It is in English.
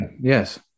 Yes